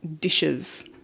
dishes